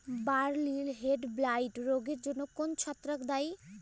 বার্লির হেডব্লাইট রোগের জন্য কোন ছত্রাক দায়ী?